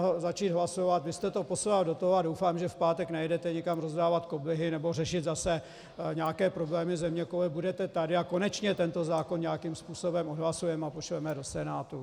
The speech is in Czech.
Vy jste to poslal do toho, a doufám, že v pátek nejedete nikam rozdávat koblihy nebo řešit zase nějaké problémy zeměkoule, budete tady a konečně tento zákon nějakým způsobem odhlasujeme a pošleme do Senátu.